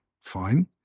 fine